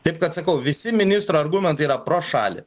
taip kad sakau visi ministro argumentai yra pro šalį